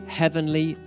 heavenly